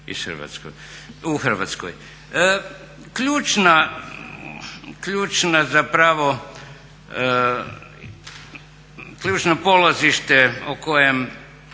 Ključno polazište o kojem